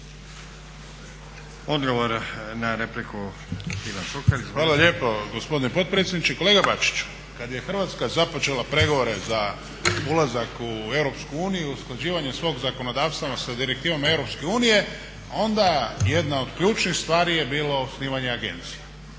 Šuker. **Šuker, Ivan (HDZ)** Hvala lijepo gospodine potpredsjedniče. Kolega Bačić kad je Hrvatska započela pregovore za ulazak u EU i usklađivanje svog zakonodavstva sa direktivama EU onda jedna od ključnih stvari je bilo osnivanje agencija,